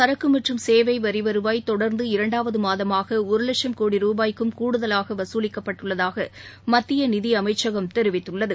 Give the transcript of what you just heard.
சரக்கு மற்றும் சேவை வரி வருவாய் தொடர்ந்து இரண்டாவது மாதமாக ஒரு வட்சும் கோடி ருபாய்க்கும் கூடுதலாக வசூலிக்கப்பட்டுள்ளதாக மத்திய நிதி அமைச்சகம் தெரிவித்துள்ளது